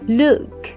look